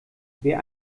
wer